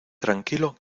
tranquilo